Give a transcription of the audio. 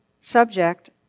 subject